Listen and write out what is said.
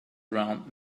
around